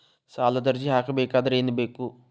ಸಾಲದ ಅರ್ಜಿ ಹಾಕಬೇಕಾದರೆ ಏನು ಬೇಕು?